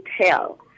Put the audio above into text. tell